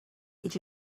did